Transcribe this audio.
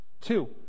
Two